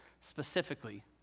specifically